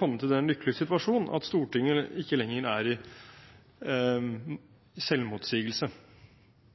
kommet i den lykkelige situasjon at Stortinget ikke lenger motsier seg selv. Med de oppdaterte isdataene er det ikke sjanse for is i